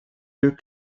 deux